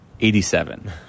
87